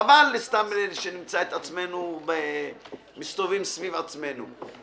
חבל סתם שנמצא את עצמנו מסתובבים סביב עצמנו.